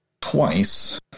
twice